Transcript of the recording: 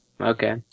Okay